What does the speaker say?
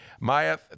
Maya